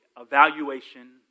evaluation